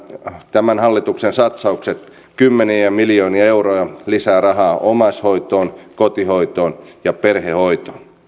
tämän hallituksen satsaukset kymmeniä miljoonia euroja lisää rahaa omaishoitoon kotihoitoon ja perhehoitoon